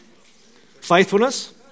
Faithfulness